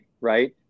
right